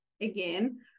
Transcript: again